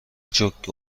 جوک